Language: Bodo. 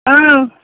औ